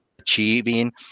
achieving